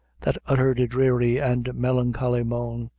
that uttered a dreary and melancholy moan,